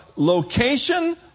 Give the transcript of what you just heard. Location